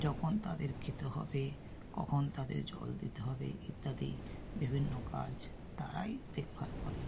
যখন তাদেরকে খেতে হবে কখন তাদের জল দিতে হবে ইত্যাদি বিভিন্ন কাজ তারাই দেখভাল করে